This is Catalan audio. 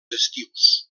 estius